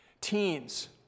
Teens